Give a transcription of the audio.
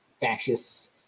fascists